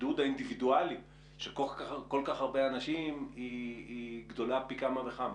הבידוד האינדיבידואלי של כל כך הרבה אנשים היא גדולה פי כמה וכמה.